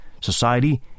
society